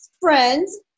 friends